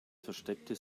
versteckte